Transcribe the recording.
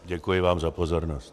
Děkuji vám za pozornost.